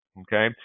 okay